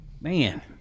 Man